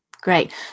Great